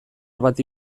bati